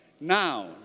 Now